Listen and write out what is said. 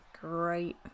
great